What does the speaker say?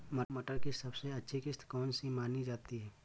मटर की सबसे अच्छी किश्त कौन सी मानी जाती है?